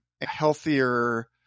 healthier